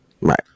Right